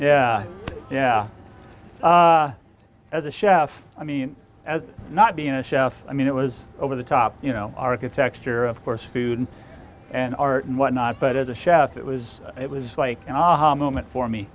yeah yeah as a chef i mean as not being a chef i mean it was over the top you know architecture of course food and an art and whatnot but as a chef it was it was like an aha moment for me